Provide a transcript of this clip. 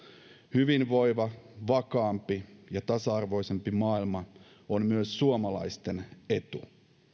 hyvinvoiva vakaampi ja tasa arvoisempi maailma on myös suomalaisten etu